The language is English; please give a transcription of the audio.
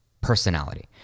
personality